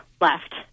left